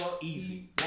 Easy